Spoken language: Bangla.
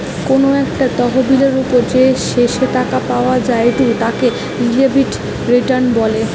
কোনো একটা তহবিলের ওপর যে শেষ টাকা পাওয়া জায়ঢু তাকে রিলেটিভ রিটার্ন বলে